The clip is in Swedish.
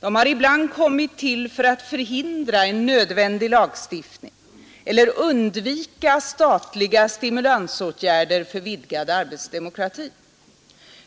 De har ibland kommit till för att förhindra en nödvändig lagstiftning eller undvika statliga stimulansåtgärder för vidgad arbetsdemokråti.